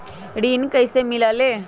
ऋण कईसे मिलल ले?